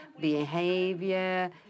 behavior